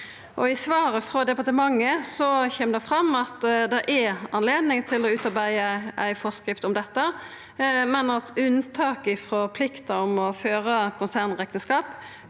I svaret frå departementet kjem det fram at det er anledning til å utarbeida ei forskrift om dette, men at unntak frå plikta om å føra konsernrekneskap